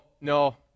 no